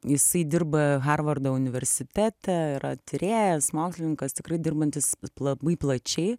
jisai dirba harvardo universitete yra tyrėjas mokslininkas tikrai dirbantis labai plačiai